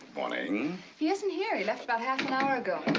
morning. he' isn't here. he left about half an hour ago.